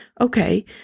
Okay